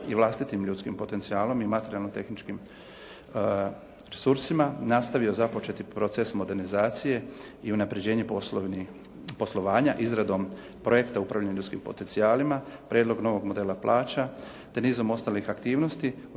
i vlastitim ljudskim potencijalom i materijalno tehničkim resursima nastavio započeti proces modernizacije i unaprjeđenje poslovanja izradom projekta upravljanja ljudskim potencijalima, prijedlog novog modela plaća, te nizom ostalih aktivnosti